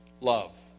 love